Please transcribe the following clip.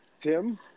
tim